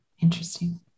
interesting